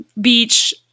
beach